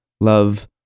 love